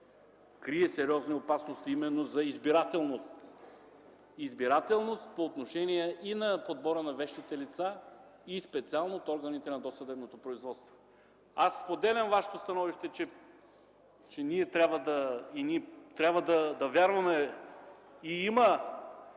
крие сериозни опасности именно за избирателност, избирателност по отношение и на подбора на вещите лица, и специално от органите на досъдебното производство. Споделям Вашето становище, че ние трябва да вярваме и